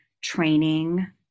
training